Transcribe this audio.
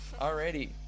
Alrighty